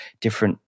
different